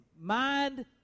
mind